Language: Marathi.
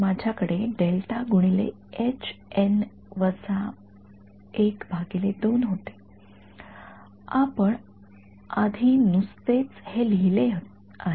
माझ्याकडे होते आपण आधी नुकतेच हे लिहिले आहे